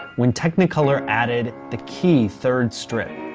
when technicolor added the key third strip.